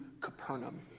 Capernaum